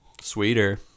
Sweeter